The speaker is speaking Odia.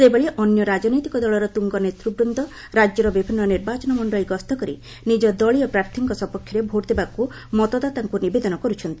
ସେହିଭଳି ଅନ୍ୟ ରାଜନୈତିକ ଦଳର ତୁଙ୍ଗ ନେତୃବୃନ୍ଦ ରାଜ୍ୟର ବିଭିନ୍ନ ନିର୍ବାଚନ ମଣ୍ଡଳି ଗସ୍ତ କରି ନିଜ ଦଳୀୟ ପ୍ରାର୍ଥୀଙ୍କ ସପକ୍ଷରେ ଭୋଟ୍ ଦେବାକୁ ମତଦାତାଙ୍କୁ ନିବେଦନ କରୁଛନ୍ତି